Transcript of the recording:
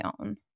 own